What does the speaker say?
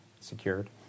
secured